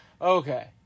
Okay